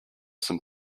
some